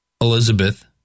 Elizabeth